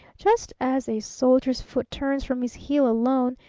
just as a soldier's foot turns from his heel alone,